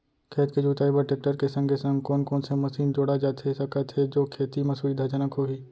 खेत के जुताई बर टेकटर के संगे संग कोन कोन से मशीन जोड़ा जाथे सकत हे जो खेती म सुविधाजनक होही?